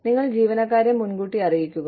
നിങ്ങൾ ജീവനക്കാരെ മുൻകൂട്ടി അറിയിക്കുക